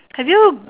have you